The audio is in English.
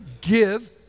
give